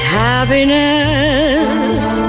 happiness